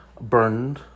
burned